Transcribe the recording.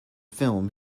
film